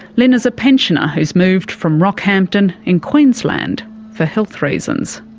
lyn is a pensioner who's moved from rockhampton in queensland for health reasons.